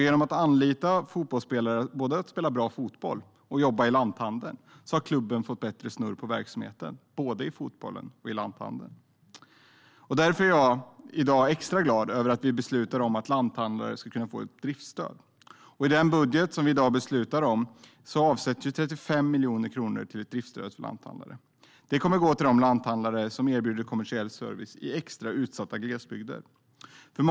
Genom att anlita fotbollsspelare för att både spela bra fotboll och jobba i lanthandel har klubben fått bättre snurr på verksamheten - både fotbollen och lanthandeln. Därför är jag extra glad över att vi nu beslutar om att lanthandlare ska kunna få ett driftsstöd. I den budget som vi beslutar om avsätts 35 miljoner kronor till ett driftsstöd för lanthandlare. Det kommer att gå till de lanthandlare som erbjuder kommersiell service i extra utsatta glesbygder.